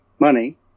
money